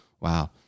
wow